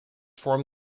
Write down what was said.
form